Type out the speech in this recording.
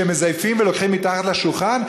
שהם מזייפים ולוקחים מתחת לשולחן?